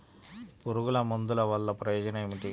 పురుగుల మందుల వల్ల ప్రయోజనం ఏమిటీ?